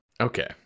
Okay